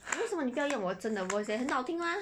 为什么你不要用我真的 voice leh 很好听 mah